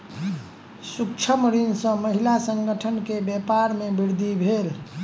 सूक्ष्म ऋण सॅ महिला संगठन के व्यापार में वृद्धि भेल